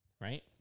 right